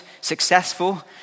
successful